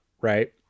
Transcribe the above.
right